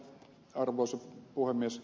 arvoisa puhemies